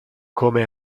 come